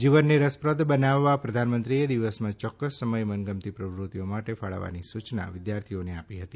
જીવનને રસપ્રદ બનાવવા પ્રધાનમંત્રીએ દિવસમાં ચોક્કસ સમય મનગમતી પ્રવૃત્તિઓ માટે ફાળવવાની સૂચના વિદ્યાર્થીઓને આપી હતી